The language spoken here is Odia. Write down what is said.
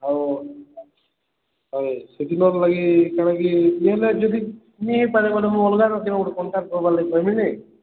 ହଉ ହଏ ସେଦିନର ଲାଗି କାଣା କି ନାଇଁ ନାଇଁ ଯଦି ନାଇଁ ହେଇପାରେ ବୋଲେ ମୁଇଁ ଅଲଗା ଲୋକେନ ଗୋଟେ କଣ୍ଟାକ୍ଟ ନମ୍ବର କହିମି କେଁ